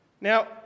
Now